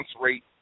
rate